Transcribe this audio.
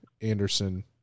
Anderson